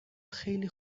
خیلی